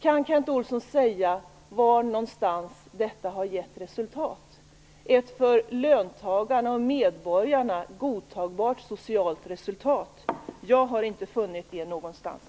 Kan Kent Olsson säga var någonstans detta har gett ett för löntagarna och medborgarna godtagbart socialt resultat? Jag har inte funnit något sådant någonstans.